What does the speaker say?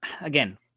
again